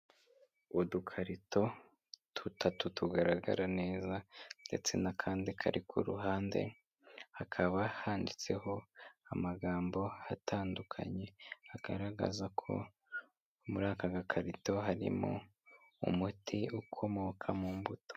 Udukarito dutatu tugaragara neza ndetse n'akandi kari ku ruhande hakaba handitseho amagambo atandukanye agaragaza ko muri aka gakarito harimo umuti ukomoka mu mbuto.